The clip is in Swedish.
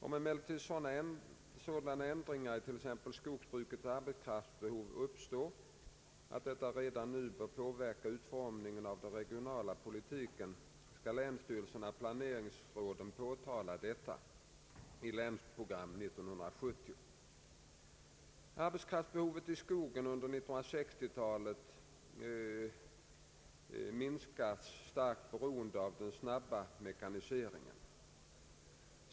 Om emellertid sådana ändringar i t.ex. skogsbrukets arbetskraftsbehov uppstår att detta redan nu bör påverka utformningen av den regionala politiken skall länstyrelserna/planeringsråden påtala detta. Arbetskraftsbehovet i skogen har under 1960-talet minskat starkt beroende på den snabba mekaniseringen.